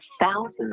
thousands